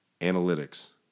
analytics